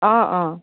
অ' অ'